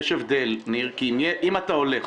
יש הבדל, ניר, כי אם אתה הולך